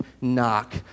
knock